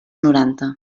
noranta